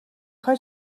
خوای